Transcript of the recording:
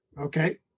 Okay